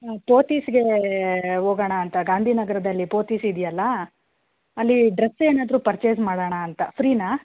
ಪೋತಿಸ್ಗೆ ಹೋಗಣ ಅಂತ ಗಾಂಧಿನಗರದಲ್ಲಿ ಪೋತಿಸ್ ಇದೆಯಲ್ಲ ಅಲ್ಲಿ ಡ್ರೆಸ್ ಏನಾದರೂ ಪರ್ಚೆಸ್ ಮಾಡೋಣ ಅಂತ ಫ್ರೀನಾ